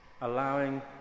allowing